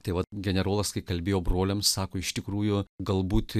tai vat generolas kai kalbėjo broliams sako iš tikrųjų galbūt